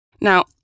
Now